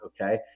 Okay